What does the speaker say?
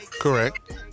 Correct